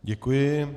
Děkuji.